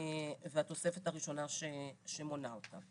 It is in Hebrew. והתוספת הראשונה שמונה אותם.